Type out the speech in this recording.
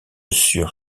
sur